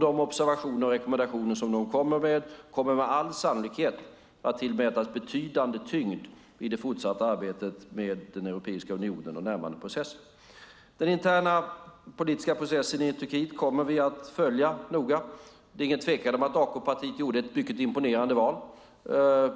De observationer och rekommendationer som de kommer med kommer med all sannolikhet att tillmätas betydande tyngd i det fortsatta arbetet med Europeiska unionen och närmandeprocessen. Vi kommer att följa den interna politiska processen i Turkiet noga. Det är ingen tvekan om att AK-partiet gjorde ett mycket imponerande val. Man